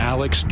Alex